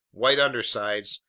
white undersides,